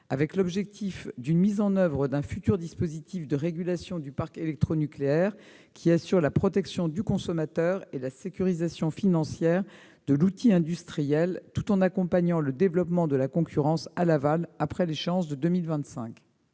avec l'objectif d'une mise en oeuvre d'un futur dispositif de régulation du parc électronucléaire qui assure la protection du consommateur et la sécurisation financière de l'outil industriel, tout en accompagnant le développement de la concurrence à l'aval après l'échéance de 2025.